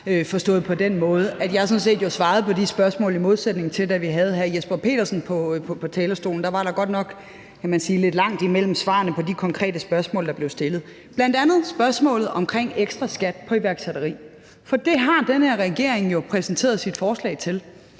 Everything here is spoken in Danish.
forstået på den måde, at jeg jo sådan set svarede på de spørgsmål, i modsætning til da vi havde hr. Jesper Petersen på talerstolen, for der var der godt nok lidt langt imellem svarene på de konkrete spørgsmål, der blev stillet. Det gjaldt bl.a. spørgsmålet omkring ekstra skat på iværksætteri. For det har den her regering jo præsenteret sit forslag til